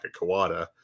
Kawada